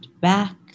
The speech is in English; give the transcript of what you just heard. back